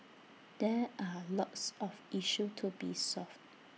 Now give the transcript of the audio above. there are lots of issues to be solved